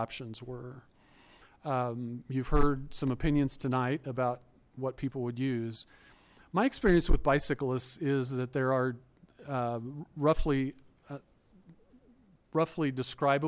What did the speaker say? options were you've heard some opinions tonight about what people would use my experience with bicyclists is that there are roughly roughly describ